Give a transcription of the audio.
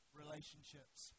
relationships